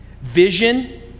vision